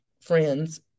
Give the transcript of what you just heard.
friends